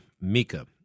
Mika